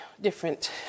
different